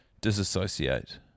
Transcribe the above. disassociate